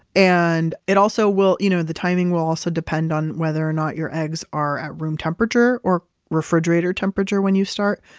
and it also will. you know the timing will also depend on whether or not your eggs are at room temperature or refrigerator temperature when you start.